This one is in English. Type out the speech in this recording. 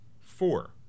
Four